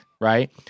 right